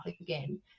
again